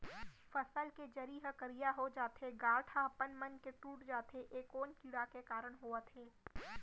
फसल के जरी ह करिया हो जाथे, गांठ ह अपनमन के टूट जाथे ए कोन कीड़ा के कारण होवत हे?